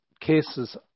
cases